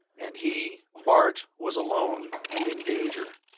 and he, bart, was alone and in danger.